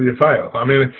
you'll fail. i mean